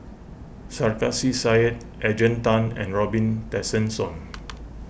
Sarkasi Said Adrian Tan and Robin Tessensohn